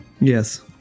Yes